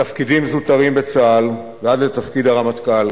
מתפקידים זוטרים בצה"ל ועד לתפקיד הרמטכ"ל